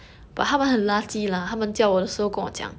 I think can lah